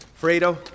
Fredo